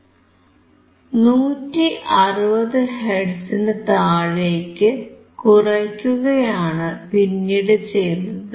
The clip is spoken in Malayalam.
160 ഹെർട്സിനു താഴേക്ക് കുറയ്ക്കുകയാണ് പിന്നീടു ചെയ്തത്